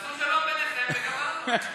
תעשו שלום ביניכם, וגמרנו.